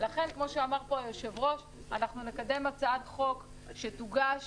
אנחנו נקדם הצעת חוק שתוגש